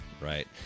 right